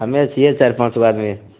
हम्मे छियै चारि पाँचगो आदमी